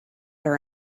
her